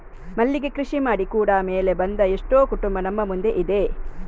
ಮಲ್ಲಿಗೆ ಕೃಷಿ ಮಾಡಿ ಕೂಡಾ ಮೇಲೆ ಬಂದ ಎಷ್ಟೋ ಕುಟುಂಬ ನಮ್ಮ ಮುಂದೆ ಇದೆ